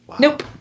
Nope